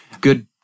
good